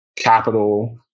capital